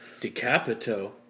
Decapito